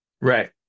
Right